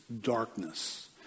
darkness